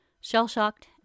Shell-shocked